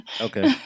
Okay